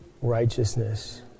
righteousness